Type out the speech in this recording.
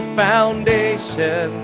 foundation